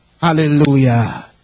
Hallelujah